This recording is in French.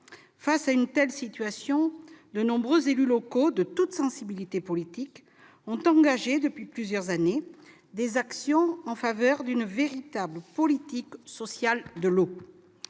Face à une telle situation, de nombreux élus locaux, toutes sensibilités politiques confondues, ont engagé depuis plusieurs années des actions en faveur d'une véritable politique sociale de l'eau.